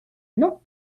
not